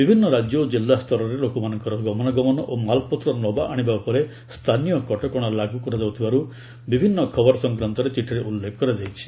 ବିଭିନ୍ନ ରାଜ୍ୟ ଓ ଜିଲ୍ଲା ସ୍ତରରେ ଲୋକମାନଙ୍କର ଗମନାଗମନ ଓ ମାଲପତ୍ର ନବାଆଶିବା ଉପରେ ସ୍ଥାନୀୟ କଟକଣା ଲାଗୁ କରାଯାଉଥିବାର ବିଭିନ୍ନ ଖବର ସଂକ୍ରାନ୍ତରେ ଚିଠିରେ ଉଲ୍ଲେଖ କରାଯାଇଛି